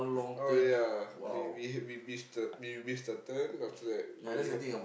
oh ya we we we miss the we miss the turn then after that we ha~